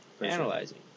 analyzing